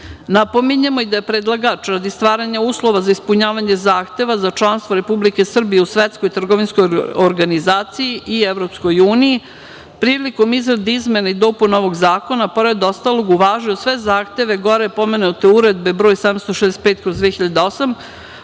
Napominjemo i da predlagač radi stvaranja uslova za ispunjavanje zahteva za članstvo Republike Srbije u Svetskoj trgovinskoj organizaciji i EU, prilikom izrade izmene i dopune ovog zakona, pored ostalog uvažavaju sve zahteve gore pomenute uredbe 765/2008